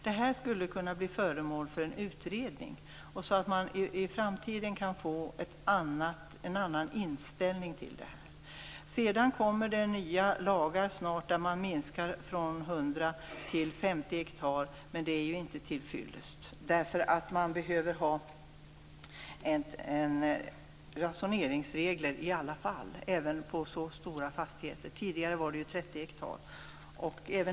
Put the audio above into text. Detta skulle kunna bli föremål för en utredning, så att man i framtiden kan få en annan inställning till detta. Snart kommer nya lagar att gälla om begränsningarna i skogsägarens handlingsfrihet vad gäller slutavverkning. De kommer att gälla för alla fastigheter som är större än 50 ha. Man minskar alltså från 100 ha till 50 ha, men det är inte till fyllest. Det behövs ändå ransoneringsregler, även på så stora fastigheter. Tidigare gällde 30 ha.